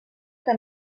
que